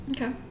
Okay